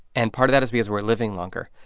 and part of that is because we're living longer.